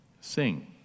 sing